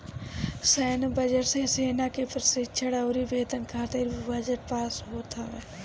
सैन्य बजट मे सेना के प्रशिक्षण अउरी वेतन खातिर भी बजट पास होत हवे